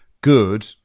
good